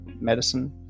medicine